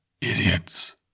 idiots